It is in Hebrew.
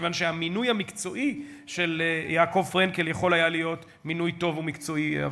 כיוון שהמינוי המקצועי של יעקב פרנקל יכול היה להיות מינוי טוב ומקצועי.